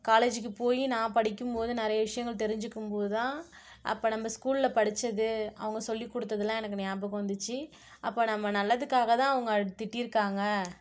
காலேஜுக்கு போய் நான் படிக்கும்போது நிறைய விஷயங்கள் தெரிஞ்சிக்கும் போது தான் அப்போ நம்ம ஸ்கூலில் படிச்சது அவங்க சொல்லிக்கொடுத்ததெல்லாம் எனக்கு நியாபகம் வந்துச்சு அப்போ நம்ம நல்லதுக்காக தான் அவங்க திட்டிருக்காங்க